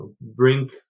bring